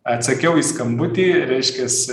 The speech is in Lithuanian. atsakiau į skambutį reiškias